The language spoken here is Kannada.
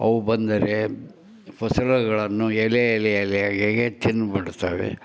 ಅವು ಬಂದರೆ ಫಸಲುಗಳನ್ನು ಎಲೆ ಎಲೆ ಎಲೆಯಾಗಿ ಹಾಗೆ ತಿಂಡ್ಬಿಡ್ತವೆ